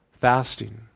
Fasting